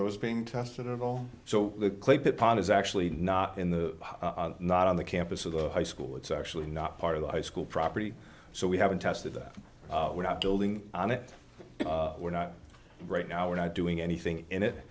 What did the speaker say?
those being tested at all so the clay pot is actually not in the not on the campus of the high school it's actually not part of the high school property so we haven't tested that we're not building on it we're not right now we're not doing anything in it